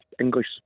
English